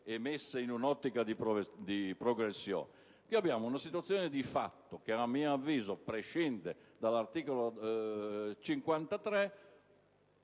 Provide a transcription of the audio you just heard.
e messe in un'ottica di progressione. La situazione di fatto a mio avviso prescinde dall'articolo 53,